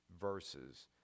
verses